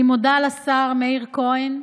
אני מודה לשר מאיר כהן,